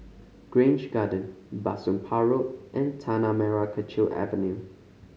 Grange Garden Bah Soon Pah Road and Tanah Merah Kechil Avenue